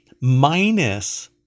minus